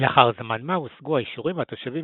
לאחר זמן מה הושגו האישורים והתושבים